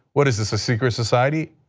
what is this, a secret society?